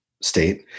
state